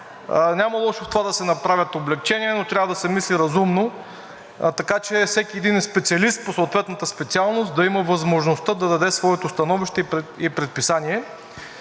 Няма лошо в това да се направят облекчения, но трябва да се мисли разумно, така че всеки един специалист по съответната специалност да има възможността да даде своето становище и предписание.